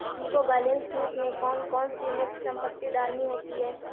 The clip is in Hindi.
हमको बैलेंस शीट में कौन कौन सी मुख्य संपत्ति डालनी होती है?